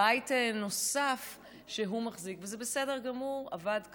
בית נוסף שהוא מחזיק, וזה בסדר גמור, עבד קשה,